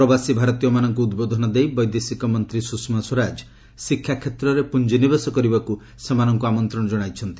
ପ୍ରବାସୀ ଭାରତୀୟମାନଙ୍କୁ ଉଦ୍ବୋଧନ ଦେଇ ବୈଦେଶିକ ମନ୍ତ୍ରୀ ସୁଷମା ସ୍ୱରାଜ ଶିକ୍ଷା କ୍ଷେତ୍ରରେ ପୁଞ୍ଜିନିବେଶ କରିବାକୁ ସେମାନଙ୍କୁ ଆମନ୍ତ୍ରଣ ଜଣାଇଛନ୍ତି